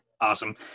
Awesome